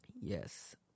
Yes